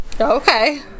Okay